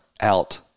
out